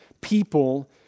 people